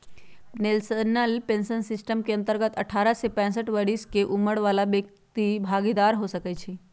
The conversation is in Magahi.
नेशनल पेंशन सिस्टम के अंतर्गत अठारह से पैंसठ बरिश के उमर बला व्यक्ति भागीदार हो सकइ छीन्ह